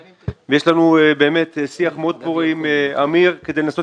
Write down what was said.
יש לנו שיח מאוד פורה עם אמיר כדי לנסות